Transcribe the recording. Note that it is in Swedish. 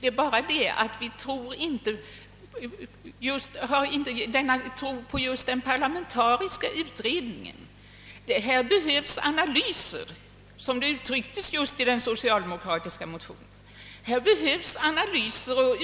Det är bara det att utskottsmajoriteten inte tror på just en parlamentarisk utredning. Här behövs analyser — detta uttrycktes just i den socialdemokratiska motionen —,